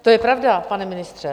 To je pravda, pane ministře.